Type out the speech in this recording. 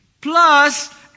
plus